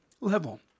level